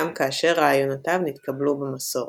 גם כאשר רעיונותיו נתקבלו במסורת.